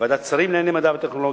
לוועדת שרים לענייני מדע וטכנולוגיה